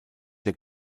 der